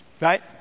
right